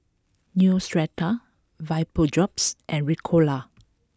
Neostrata VapoDrops and Ricola